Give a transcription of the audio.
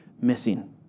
missing